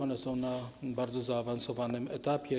One są na bardzo zaawansowanym etapie.